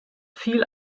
viel